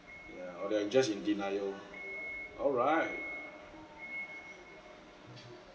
yeah or they're just in denial alright